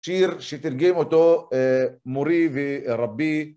שיר שתרגם אותו מורי ורבי.